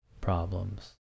problems